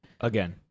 Again